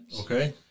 Okay